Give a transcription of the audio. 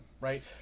right